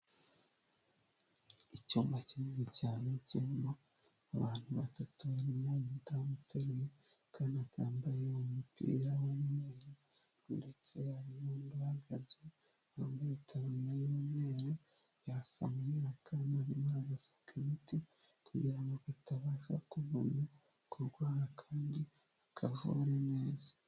Icyumba kinini cyane kirimo abantu batatu barimo umudamu uteruye akana kambaye umupira w'umweru, ndetse hari n'undi uhagaze wambaye itaburiya y'umweru, yasamuye akana arimo aragasuka imiti kugira ngo katabasha kugumya kurwara kandi akavure neza.